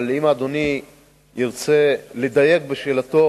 אבל אם אדוני ירצה לדייק בשאלתו